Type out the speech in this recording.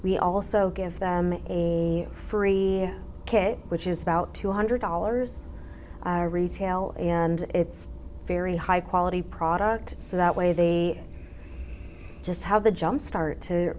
we also give them a free k which is about two hundred dollars i retail and it's very high quality product so that way they just how the jumpstart to